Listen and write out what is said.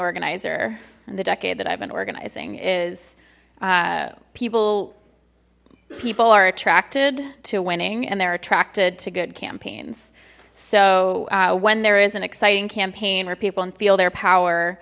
organizer and the decade that i've been organizing is people people are attracted to winning and they're attracted to good campaigns so when there is an exciting campaign or people and feel their